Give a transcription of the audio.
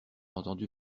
entendu